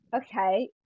okay